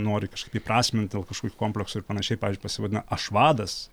nori kažkaip įprasmint dėl kažkokių kompleksų ir panašiai pavyzdžiui pasivadina aš vadas